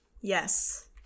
Yes